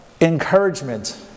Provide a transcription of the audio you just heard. encouragement